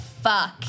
fuck